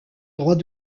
droit